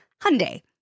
Hyundai